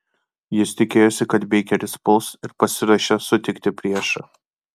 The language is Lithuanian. jis tikėjosi kad beikeris puls ir pasiruošė sutikti priešą